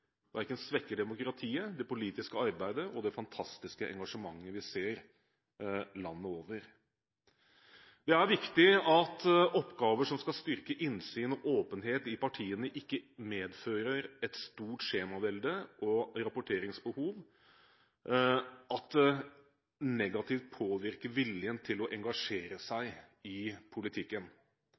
verken svekker demokratiet, det politiske arbeidet eller det fantastiske engasjementet vi ser landet over. Det er viktig at oppgaver som skal styrke innsyn og åpenhet i partiene, ikke medfører et stort skjemavelde og rapporteringsbehov og negativt påvirker viljen til å engasjere seg i